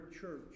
church